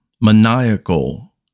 maniacal